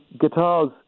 guitars